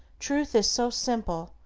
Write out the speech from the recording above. truth is so simple,